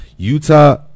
Utah